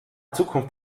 zukunft